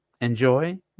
enjoy